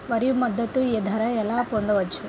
వరి మద్దతు ధర ఎలా పొందవచ్చు?